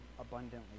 abundantly